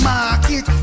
Market